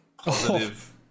positive